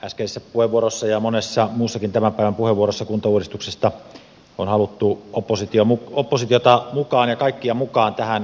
äskeisessä puheenvuorossa ja monessa muussakin tämän päivän puheenvuorossa kuntauudistuksesta on haluttu oppositiota mukaan ja kaikkia mukaan tähän kuntauudistukseen